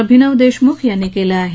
अभिनव देशमुख यांनी केलं आहे